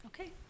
Okay